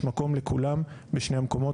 יש מקום לכולם בשני המקומות,